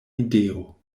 ideo